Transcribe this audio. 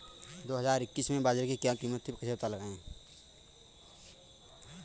दो हज़ार इक्कीस में बाजरे की क्या कीमत थी कैसे पता लगाएँ?